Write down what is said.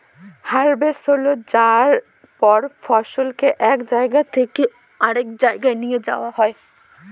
harvest হয়ে যায়ার পর ফসলকে এক জায়গা থেকে আরেক জাগায় নিয়ে যাওয়া হয়